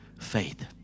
faith